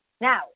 Now